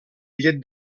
llet